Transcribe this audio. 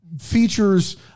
features